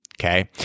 okay